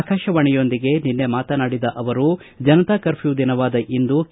ಆಕಾಶವಾಣಿಯೊಂದಿಗೆ ನಿನ್ನೆ ಮಾತನಾಡಿದ ಅವರು ಜನತಾ ಕರ್ಪ್ಯೂ ದಿನವಾದ ಇಂದು ಕೆ